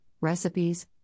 recipes